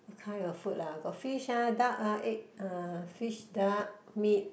what kind of food ah got fish ah duck ah egg ah fish duck meat